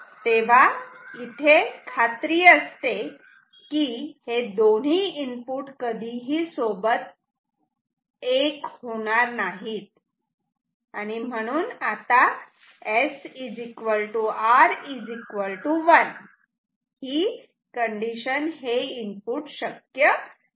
तेव्हा इथे खात्री असते की हे दोन्ही इनपुट कधीही सोबत 1 होणार नाहीत आणि म्हणून आता SR1 हे शक्य नाही